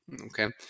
Okay